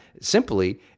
simply